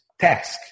task